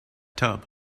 tub